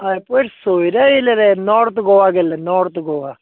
हय पयर सोयऱ्या येयलें रे नोर्थ गोवा गेल्ले नोर्थ गोवा